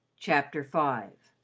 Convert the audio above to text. chapter five